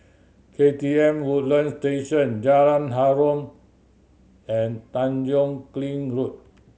K T M Woodlands Station Jalan Harum and Tanjong Kling Road